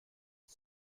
ich